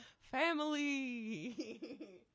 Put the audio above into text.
Family